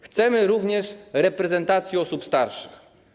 Chcemy również reprezentacji osób starszych.